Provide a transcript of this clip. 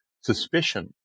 suspicion